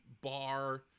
bar